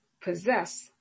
possess